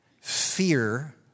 fear